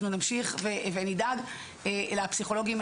אנחנו נמשיך ונדאג לפסיכולוגים.